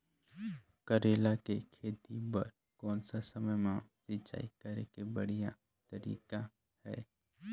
करेला के खेती बार कोन सा समय मां सिंचाई करे के बढ़िया तारीक हे?